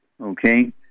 Okay